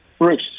Bruce